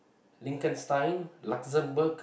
Liechtenstein Luxembourg